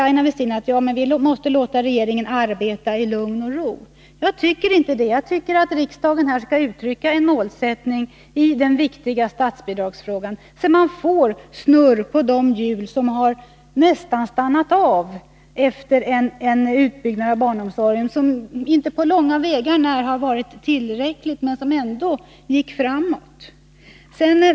Aina Westin säger att vi måste låta regeringen arbeta i lugn och ro. Jag tycker inte det. Jag tycker att riksdagen skall uttrycka en målsättning i den viktiga statsbidragsfrågan, så att man får snurr på de hjul som nästan har stannat efter en utbyggnad av barnomsorgen som inte på långa vägar har varit tillräcklig men som ändå gick framåt.